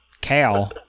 cow